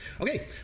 Okay